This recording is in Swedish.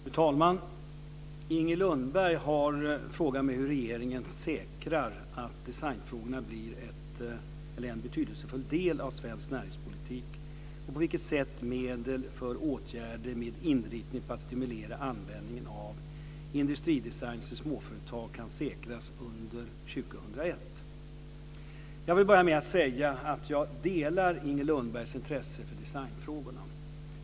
Fru talman! Inger Lundberg har frågat mig hur regeringen säkrar att designfrågorna blir en betydelsefull del av svensk näringspolitik och på vilket sätt medel för åtgärder med inriktning på att stimulera användningen av industridesigners i småföretag kan säkras under år 2001. Jag vill till att börja med säga att jag delar Inger Lundbergs intresse för designfrågorna.